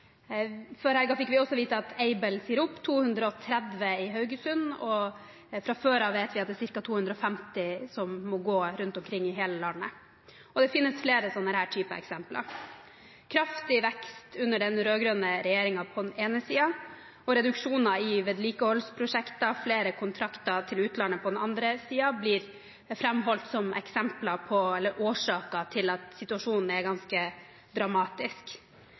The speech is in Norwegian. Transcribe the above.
Før helgen fikk vi også vite at Aibel sier opp 230 i Haugesund. Fra før vet vi at det er ca. 250 som må gå rundt omkring i hele landet, og det finnes flere eksempler av denne typen. Kraftig vekst under den rød-grønne regjeringen på den ene siden og reduksjoner i vedlikeholdsprosjekter og flere kontrakter til utlandet på den andre siden blir framholdt som eksempler på, eller årsaker til, at situasjonen er ganske dramatisk.